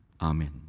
Amen